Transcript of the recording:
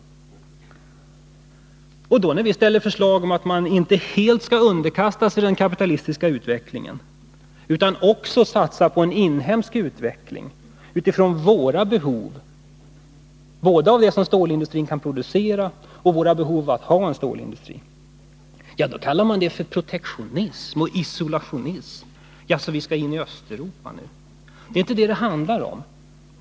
När vi då lägger fram förslag om att man inte helt skall underkasta sig den kapitalistiska utvecklingen utan också satsa på en inhemsk utveckling utifrån våra behov, både av det som stålindustrin kan producera och vårt behov av att ha en stålindustri, kallar man det för protektionism och isolationism — jaså, vi skall in i Östeuropa nu! Det är inte detta det handlar om.